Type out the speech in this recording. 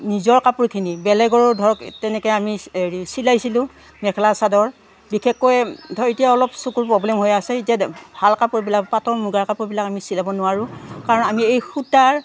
নিজৰ কাপোৰখিনি বেলেগৰো ধৰক তেনেকৈ আমি হেৰি চিলাইছিলোঁ মেখেলা চাদৰ বিশেষকৈ ধৰক এতিয়া অলপ চকুৰ প্ৰব্লেম হৈ আছে এতিয়া ভাল কাপোৰবিলাক পাটৰ মুগাৰ কাপোৰবিলাক আমি চিলাব নোৱাৰোঁ কাৰণ আমি এই সূতাৰ